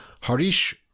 Harish